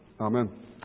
Amen